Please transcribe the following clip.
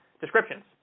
descriptions